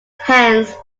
hands